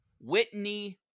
Whitney